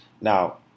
Now